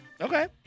okay